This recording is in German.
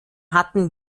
hatten